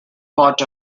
fought